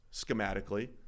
schematically